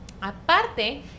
Aparte